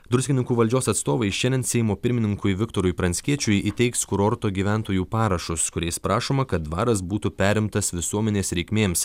druskininkų valdžios atstovai šiandien seimo pirmininkui viktorui pranckiečiui įteiks kurorto gyventojų parašus kuriais prašoma kad dvaras būtų perimtas visuomenės reikmėms